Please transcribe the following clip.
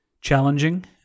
challenging